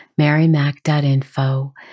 marymac.info